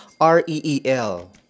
R-E-E-L